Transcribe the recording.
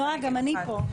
נועה, גם אני פה.